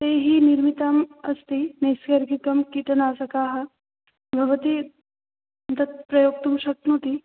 तैः निर्मितम् अस्ति नैसर्गिककीटनाशकः भवती तत् प्रयोक्तुं शक्नोति